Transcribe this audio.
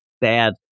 bad